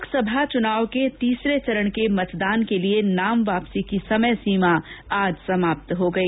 लोकसभा चुनाव के तीसरे चरण के मतदान के लिए नाम वापसी की समय सीमा आज समाप्त हो गई